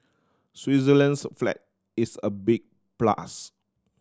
Switzerland's flag is a big plus